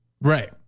right